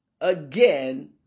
again